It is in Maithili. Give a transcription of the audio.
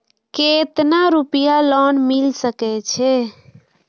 केतना रूपया लोन मिल सके छै?